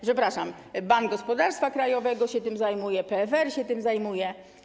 Przepraszam: Bank Gospodarstwa Krajowego się tym zajmuje, PFR się tym zajmuje.